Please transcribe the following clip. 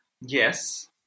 yes